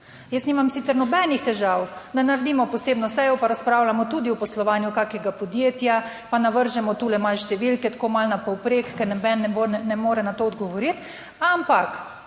Jaz nimam sicer nobenih težav, da naredimo posebno sejo, pa razpravljamo tudi o poslovanju kakega podjetja, pa navržemo tule malo številke, tako malo na povprek, ker noben ne more na to odgovoriti, ampak